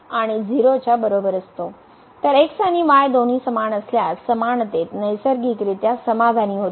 तर x आणि y दोन्ही समान असल्यास समानतेत नैसर्गिकरित्या समाधानी होते